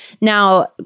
Now